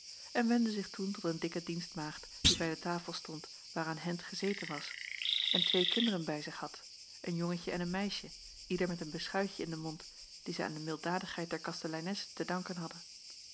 en wendde zich toen tot een dikke dienstmaagd die bij de tafel stond waaraan hendt gezeten was en twee kinderen bij zich had een jongetje en een meisje ieder met een beschuitje in den mond die zij aan de milddadigheid der kasteleines te danken hadden